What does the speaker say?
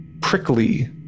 prickly